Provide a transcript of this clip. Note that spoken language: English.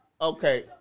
okay